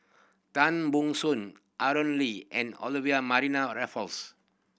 Tan Ban Soon Aaron Lee and Olivia Mariamne Raffles